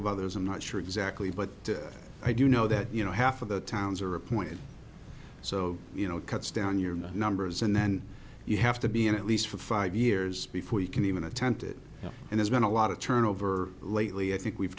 of others i'm not sure exactly but i do know that you know half of the towns are appointed so you know it cuts down your numbers and then you have to be in at least for five years before you can even attempt it and there's been a lot of turnover lately i think we've